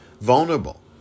vulnerable